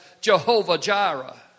Jehovah-Jireh